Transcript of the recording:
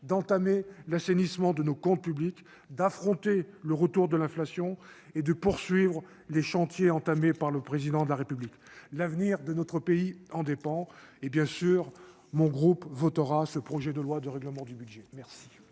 d'entamer l'assainissement de nos comptes publics d'affronter le retour de l'inflation et de poursuivre les chantiers entamés par le président de la République, l'avenir de notre pays en dépend et bien sûr, mon groupe votera ce projet de loi de règlement du budget